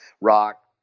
rock